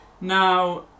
now